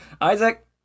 Isaac